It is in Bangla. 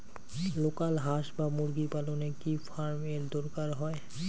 লোকাল হাস বা মুরগি পালনে কি ফার্ম এর দরকার হয়?